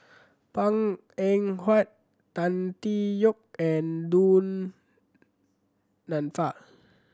Png Eng Huat Tan Tee Yoke and Du Nanfa